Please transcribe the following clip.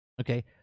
Okay